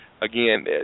Again